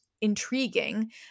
intriguing